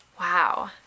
Wow